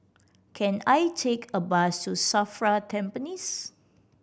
can I take a bus to SAFRA Tampines